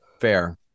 Fair